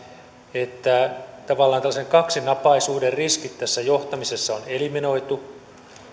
että tavallaan tällaisen kaksinapaisuuden riskit tässä johtamisessa on eliminoitu